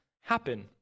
happen